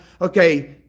okay